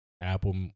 Apple